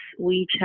WeChat